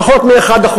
פחות מ-1%.